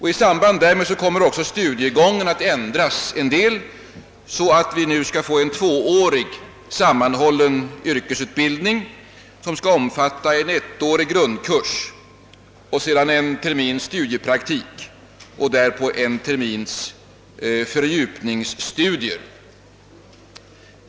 I samband därmed kommer också studiegången att ändras så att vi nu skall få en tvåårig sammanhållen yrkesutbildning, som skall omfatta en ettårig grundkurs, en termins studiepraktik och sist en termins fördjupningsstudier.